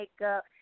makeup